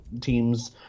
teams